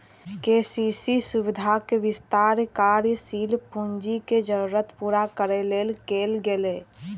KCC सुविधाक विस्तार कार्यशील पूंजीक जरूरत पूरा करै लेल कैल गेलै